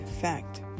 fact